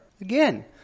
Again